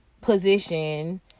position